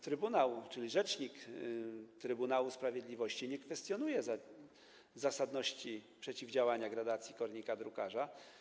Trybunał, rzecznik Trybunału Sprawiedliwości, nie kwestionuje zasadności przeciwdziałania gradacji kornika drukarza.